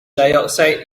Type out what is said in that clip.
dioxide